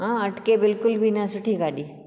हा अटिके बिल्कुल बि न सुठी गाॾी